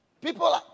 People